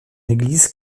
église